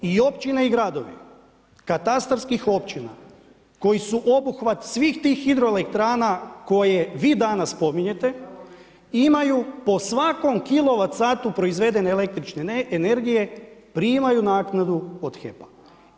I općine i gradovi, katastarskih općina koji su obuhvat svih tih hidroelektrana koje vi danas spominjete i imaju po svakom kilovatsatu proizvedene električne energije primaju naknadu od HEP-a.